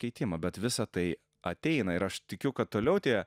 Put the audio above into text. keitimą bet visa tai ateina ir aš tikiu kad toliau tie